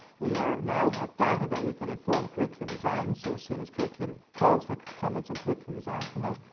we are now have data that we can inform curriculum design. so as soon as curriculum calls for comments on and curriculum designs come out,